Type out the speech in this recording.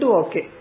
okay